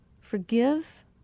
forgive